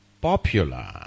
popular